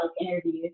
interviews